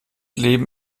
leben